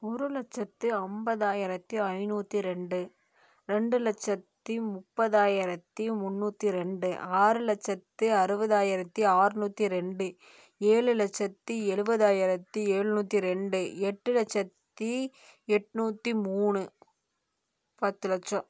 ஒரு லட்சத்தி ஐம்பதாயிரத்தி ஐநூற்றி ரெண்டு ரெண்டு லட்சத்தி முப்பதாயிரத்தி முன்னூற்றி ரெண்டு ஆறு லட்சத்தி அறுபதாயிரத்தி அர்நூத்தி ரெண்டு ஏழு லட்சத்தி எழுபதாயிரத்தி எழ்நூத்தி ரெண்டு எட்டு லட்சத்தி எண்நூத்தி மூணு பத்து லட்சம்